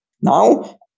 Now